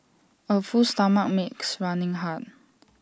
A full stomach makes running hard